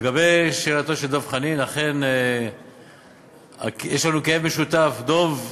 לגבי שאלתו של דב חנין, אכן יש לנו כאב משותף, דב,